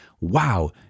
wow